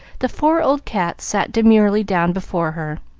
the four old cats sat demurely down before her,